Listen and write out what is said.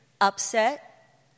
upset